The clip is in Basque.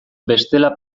bestela